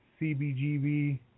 CBGB